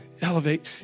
elevate